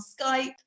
skype